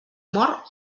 mort